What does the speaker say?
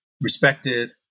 respected